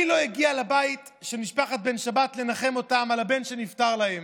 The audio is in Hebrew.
מי לא הגיע לבית של משפחת בן שבת לנחם אותם על הבן שנפטר להם,